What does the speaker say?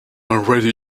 already